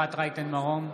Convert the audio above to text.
אפרת רייטן מרום,